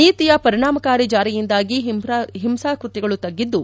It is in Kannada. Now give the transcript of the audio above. ನೀತಿಯ ಪರಿಣಾಮಕಾರಿ ಜಾರಿಯಿಂದಾಗಿ ಹಿಂಸಾಕೃತ್ವಗಳು ತಗ್ಗಿದ್ದು